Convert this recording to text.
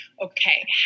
okay